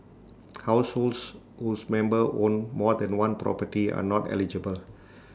households whose members own more than one property are not eligible